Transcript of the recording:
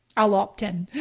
i'll opt in,